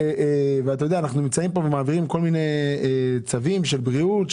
אנחנו נמצאים פה ומעבירים כל מיני צווים של בריאות,